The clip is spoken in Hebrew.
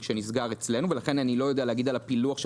שנסגר אצלנו לכן איני יודע להגיד על הפילוח.